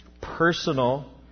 personal